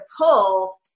pull